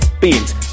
beans